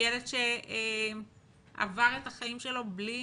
הוא ילד שעבר את החיים שלו בלי